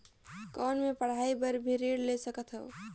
कौन मै पढ़ाई बर भी ऋण ले सकत हो?